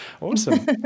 Awesome